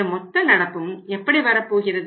இந்த மொத்த நடப்பும் எப்படி வரப்போகிறது